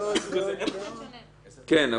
אם עברה תקופת ההתיישנות שלו, אין כלום.